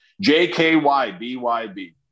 J-K-Y-B-Y-B